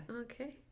okay